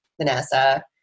Vanessa